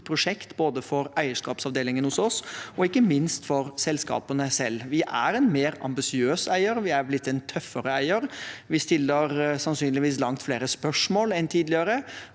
både for eierskapsavdelingen hos oss og ikke minst for selskapene selv. Vi er en mer ambisiøs eier, og vi er blitt en tøffere eier. Vi stiller sannsynligvis langt flere spørsmål enn tidligere,